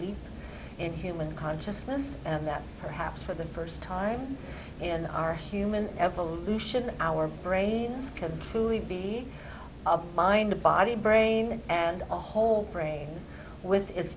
leap in human consciousness and that perhaps for the first time in our human evolution our brains could truly be a mind a body brain and a whole brain with i